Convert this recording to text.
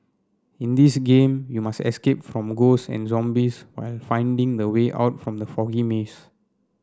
in this game you must escape from ghosts and zombies while finding the way out from the foggy maze